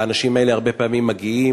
האנשים האלה הרבה פעמים מגיעים,